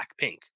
Blackpink